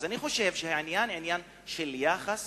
אז אני חושב שהעניין הוא עניין של יחס,